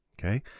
Okay